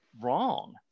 wrong